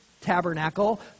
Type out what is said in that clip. tabernacle